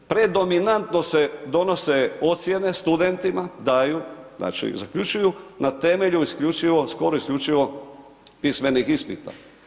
Predominantno se donose ocjene studentima, daju, znači zaključuju na temelju skoro isključivo pismenih ispita.